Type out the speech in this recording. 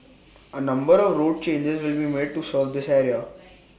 A number of road changes will be made to serve this area